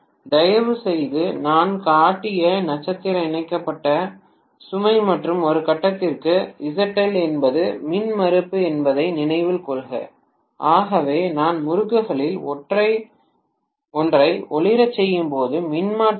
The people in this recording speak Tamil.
தயவுசெய்து நான் காட்டிய நட்சத்திர இணைக்கப்பட்ட சுமை மற்றும் ஒரு கட்டத்திற்கு ZL என்பது மின்மறுப்பு என்பதை நினைவில் கொள்க ஆகவே நான் முறுக்குகளில் ஒன்றை ஒளிரச் செய்யும் போது மின்மாற்றி கே